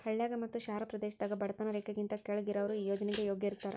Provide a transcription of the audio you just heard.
ಹಳ್ಳಾಗ ಮತ್ತ ಶಹರ ಪ್ರದೇಶದಾಗ ಬಡತನ ರೇಖೆಗಿಂತ ಕೆಳ್ಗ್ ಇರಾವ್ರು ಈ ಯೋಜ್ನೆಗೆ ಯೋಗ್ಯ ಇರ್ತಾರ